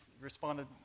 responded